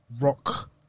rock